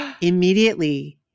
immediately